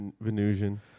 Venusian